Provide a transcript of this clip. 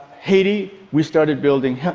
haiti, we started building